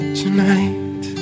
tonight